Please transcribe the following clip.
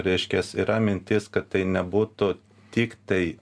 reiškias yra mintis kad tai nebūtų tiktai